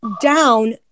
down